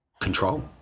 control